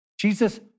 Jesus